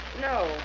No